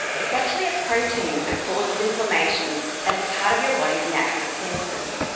it's actually a protein that causes inflammation as part of your body's natural defences.